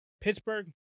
Pittsburgh